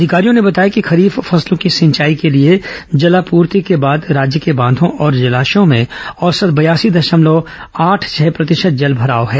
अधिकारियों ने बताया कि खरीफ फसलों की सिंचाई के लिए जलापूर्ति के बाद राज्य के बांधों और जलाशयों में औसतन बयासी दशमलव आठ छह प्रतिशत जलमराव है